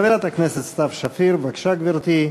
חברת הכנסת סתיו שפיר, בבקשה, גברתי.